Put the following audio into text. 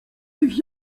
tych